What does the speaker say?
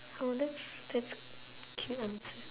oh that's that's cute answer